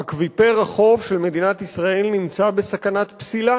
אקוויפר החוף של מדינת ישראל נמצא בסכנת פסילה